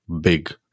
big